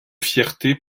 fierté